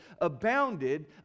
abounded